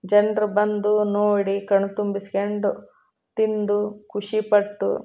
ಜನರು ಬಂದು ನೋಡಿ ಕಣ್ಣು ತುಂಬಿಸ್ಕೊಂಡು ತಿಂದು ಖುಷಿಪಟ್ಟು